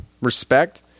respect